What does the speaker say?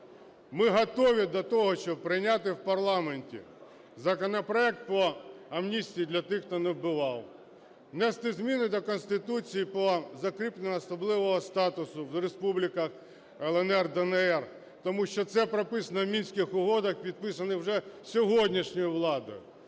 Ми готові до того, щоб прийняти в парламенті законопроект по амністії для тих, хто не вбивав, внести зміни до Конституції по закріпленню особливого статусу в республіках "ЛНР", "ДНР", тому що це прописано в Мінських угодах, підписаних вже сьогоднішньою владою,